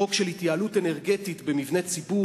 חוק של התייעלות אנרגטית במבני ציבור,